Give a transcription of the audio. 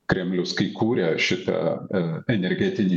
kremlius kai kūrė šitą a energetinį